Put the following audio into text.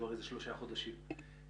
כבר שלושה חודשים.